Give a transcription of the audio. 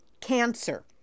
cancer